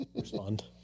respond